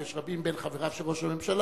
ויש רבים בין חבריו של ראש הממשלה,